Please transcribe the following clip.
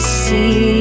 see